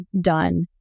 done